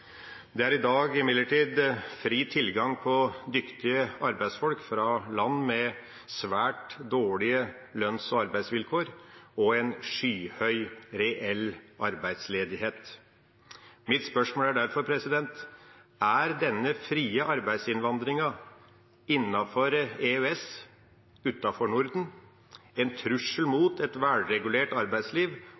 Det er i dag imidlertid fri tilgang på dyktige arbeidsfolk fra land med svært dårlige lønns- og arbeidsvilkår og en skyhøy reell arbeidsledighet. Mitt spørsmål er derfor: Er denne frie arbeidsinnvandringen innenfor EØS – unntatt Norden – en trussel mot et velregulert arbeidsliv